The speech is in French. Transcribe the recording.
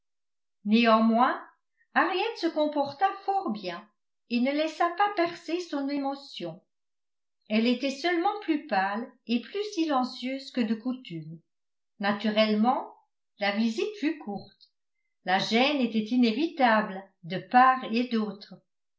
néanmoins henriette se comporta fort bien et ne laissa pas percer son émotion elle était seulement plus pâle et plus silencieuse que de coutume naturellement la visite fut courte la gêne était inévitable de part et d'autre